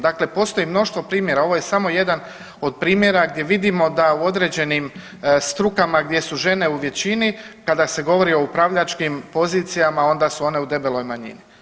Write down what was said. Dakle, postoji mnoštvo primjera, ovo je samo jedan od primjera gdje vidimo da u određenim strukama gdje su žene u većini kada se govori o upravljačkim pozicijama onda su one u debeloj manjini.